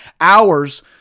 hours